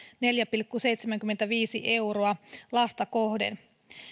neljä pilkku seitsemänkymmentäviisi euroa lasta kohden